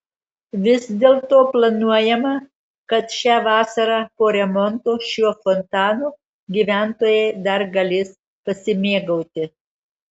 vis dėlto planuojama kad šią vasarą po remonto šiuo fontanu gyventojai dar galės pasimėgauti